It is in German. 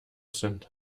sind